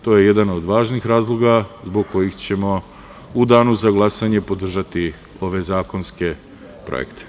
To je jedan od važnih razloga zbog kojih ćemo u danu za glasanje podržati ove zakonske projekte.